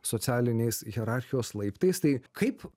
socialiniais hierarchijos laiptais tai kaip